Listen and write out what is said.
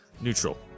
Neutral